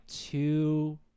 two